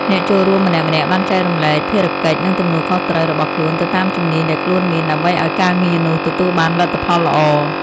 អ្នកចូលរួមម្នាក់ៗបានចែករំលែកភារកិច្ចនិងទំនួលខុសត្រូវរបស់ខ្លួនទៅតាមជំនាញដែលខ្លួនមាន ដើម្បីឱ្យការងារនោះទទួលបានលទ្ធផលល្អ។